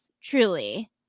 Truly